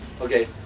Okay